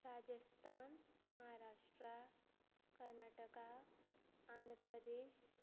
Rajasthan Maharashtra Karnataka Andhra Pradesh